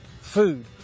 food